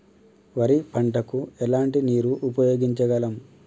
వరి పంట కు ఎలాంటి నీరు ఉపయోగించగలం?